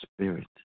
spirit